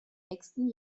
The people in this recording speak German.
nächsten